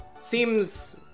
Seems